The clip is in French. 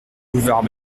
boulevard